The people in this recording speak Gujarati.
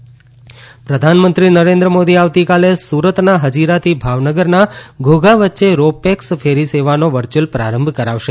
રો પેક્સ પ્રધાનમંત્રી નરેન્દ્ર મોદી આવતીકાલે સુરતના હજીરાથી ભાવનગરના ધોઘા વચ્ચે રો પેક્સ ફેરી સેવાનો વર્યુઅલ પ્રારંભ કરાવશે